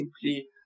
simply